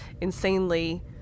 insanely